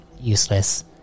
useless